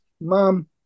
mom